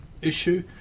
issue